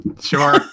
Sure